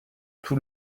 tout